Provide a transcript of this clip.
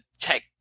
tech